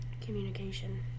Communication